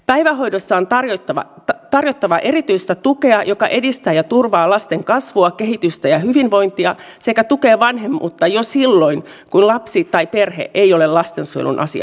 päivähoidossa on tarjottava erityistä tukea joka edistää ja turvaa lasten kasvua kehitystä ja hyvinvointia sekä tukee vanhemmuutta jo silloin kun lapsi tai perhe ei ole lastensuojelun asiakkaana